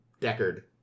Deckard